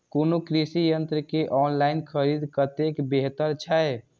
कोनो कृषि यंत्र के ऑनलाइन खरीद कतेक बेहतर छै?